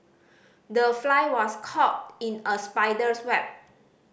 the fly was caught in a spider's web